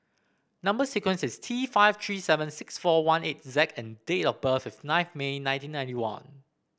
number sequence is T five three seven six four one eight Z and date of birth is nineth May nineteen ninety one